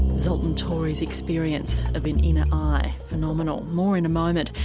zoltan torey's experience of an inner eye. phenomenal. more in a moment.